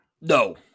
No